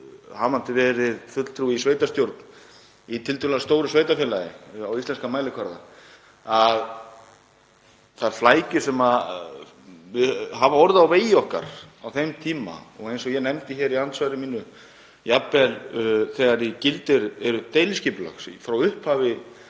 hafandi verið fulltrúi í sveitarstjórn í tiltölulega stóru sveitarfélagi á íslenskan mælikvarða, að hafa orðið á vegi okkar á þeim tíma. Eins og ég nefndi hér í andsvari mínu, að jafnvel þegar í gildi er deiliskipulag frá upphafi